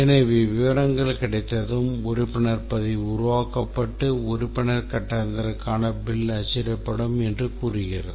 எனவே விவரங்கள் கிடைத்ததும் உறுப்பினர் பதிவு உருவாக்கப்பட்டு உறுப்பினர் கட்டணத்திற்காக பில் அச்சிடப்படும் என்று கூறுகிறது